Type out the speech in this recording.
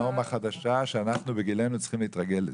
נורמה חדשה שאנחנו בגילנו צריכים להתרגל לזה.